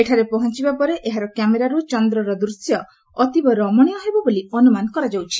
ଏଠାରେ ପହଞ୍ଚବା ପରେ ଏହାର କ୍ୟାମେରାରୁ ଚନ୍ଦ୍ରର ଦୂଶ୍ୟ ଅତୀବ ରମଣୀୟ ହେବ ବୋଲି ଅନ୍ତମାନ କରାଯାଉଛି